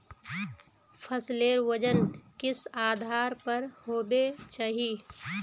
फसलेर वजन किस आधार पर होबे चही?